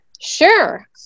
Sure